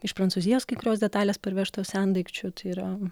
iš prancūzijos kai kurios detalės parvežtos sendaikčių čia yra